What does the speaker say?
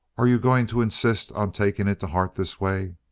are you going to insist on taking it to heart this way?